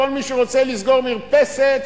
כל מי שרוצה לסגור מרפסת,